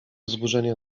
wzburzenie